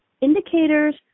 indicators